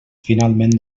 finalment